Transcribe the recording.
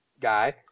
guy